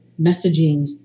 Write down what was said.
messaging